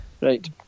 right